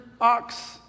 ox